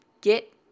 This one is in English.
get